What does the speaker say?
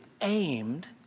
aimed